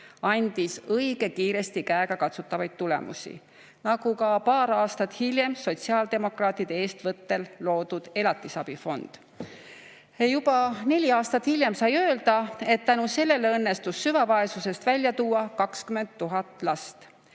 andis õige kiiresti käegakatsutavaid tulemusi. Nagu ka paar aastat hiljem sotsiaaldemokraatide eestvõttel loodud elatisabi fond. Juba neli aastat hiljem sai öelda, et tänu sellele õnnestus süvavaesusest välja tuua 20 000 last.